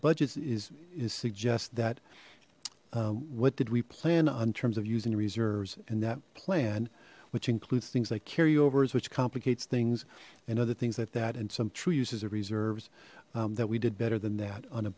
budget is is suggest that what did we plan on terms of using reserves and that plan which includes things like carry overs which complicates things and other things like that and some true uses of reserves that we did better than that on a